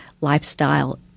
lifestyle